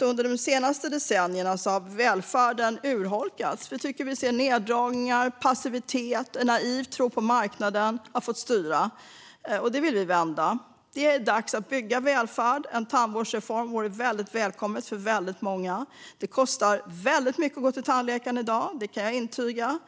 Under de senaste decennierna har välfärden urholkats. Vi ser neddragningar och passivitet, och en naiv tro på marknaden har fått styra. Det vill vi vända. Det är dags att bygga välfärd. En tandvårdsreform vore väldigt välkommen för väldigt många. Det kostar mycket att gå till tandläkaren i dag. Det kan jag intyga.